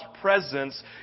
presence